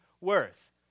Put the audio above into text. worth